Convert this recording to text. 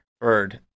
bird